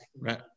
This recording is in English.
Right